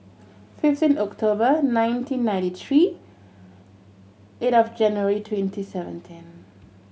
fifteen October nineteen ninety three eight of January twenty seventeen